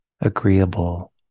agreeable